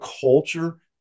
culture